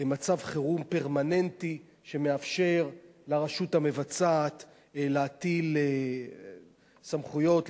מצב חירום פרמננטי שמאפשר לרשות המבצעת להטיל סמכויות,